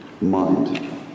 mind